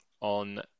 on